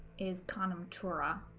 is tana matura